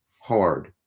hard